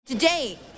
Today